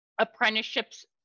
apprenticeships